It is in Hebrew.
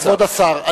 כבוד השר,